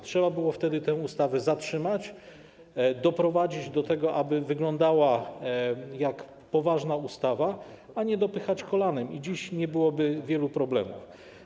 Trzeba było wtedy tę ustawę zatrzymać, doprowadzić do tego, aby wyglądała jak poważna ustawa, zaś nie dopychać kolanem, a dziś nie byłoby wielu problemów.